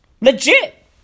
Legit